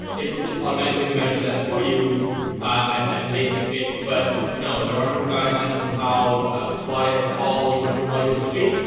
it will just automatically measure that for you and and make it fit, but no, there are no guidelines on how wide or tall you want your modules to be.